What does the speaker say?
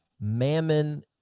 mammon